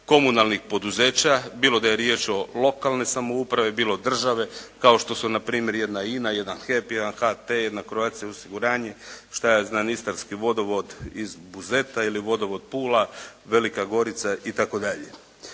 komunalnih poduzeća, bilo da je riječ o lokalnoj samoupravi, bilo države, kao što su npr. jedna INA, jedan HEP, jedan HT, jedna Croatia osiguranje, što ja znam Istarski vodovod iz Buzeta ili vodovod Pula, Velika Gorica itd.